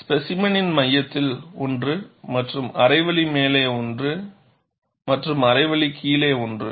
ஸ்பேசிமெனின் மையத்தில் ஒன்று மற்றும் அரை வழி மேலே ஒன்று ஒன்று மற்றும் அரை வழி கீழே ஒன்று